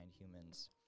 humans